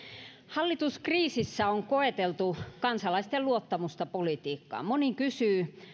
hallituskriisissä on koeteltu kansalaisten luottamusta politiikkaan moni kysyy